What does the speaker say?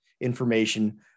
information